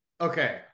okay